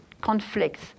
conflicts